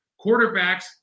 quarterbacks